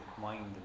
mind